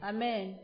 Amen